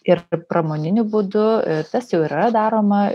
ir pramoniniu būdu tas jau ir yra daroma